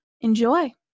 enjoy